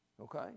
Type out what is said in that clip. Okay